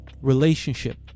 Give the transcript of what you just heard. relationship